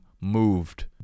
moved